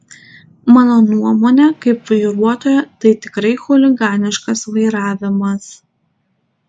mano nuomonė kaip vairuotojo tai tikrai chuliganiškas vairavimas